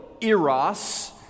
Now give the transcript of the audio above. eros